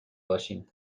باشین